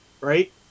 right